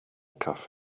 cafe